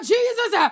Jesus